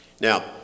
Now